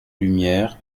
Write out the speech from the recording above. lumière